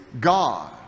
God